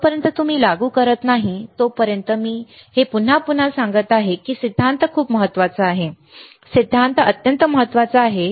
जोपर्यंत तुम्ही लागू करत नाही तोपर्यंत मी हे पुन्हा पुन्हा सांगत आहे सिद्धांत खूप महत्वाचा आहे सिद्धांत अत्यंत महत्वाचा आहे